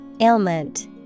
Ailment